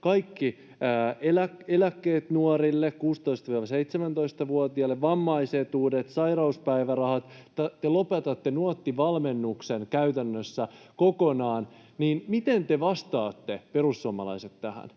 kaikki eläkkeet 16—17-vuotiaille nuorille, vammaisetuudet ja sairauspäivärahat ja te lopetatte Nuotti-valmennuksen käytännössä kokonaan, niin miten te vastaatte, perussuomalaiset, tähän.